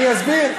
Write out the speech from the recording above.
אני אסביר.